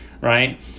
right